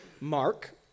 Mark